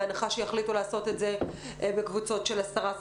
בהנחה שיחליטו לעשות את זה בקבוצות של עשרה.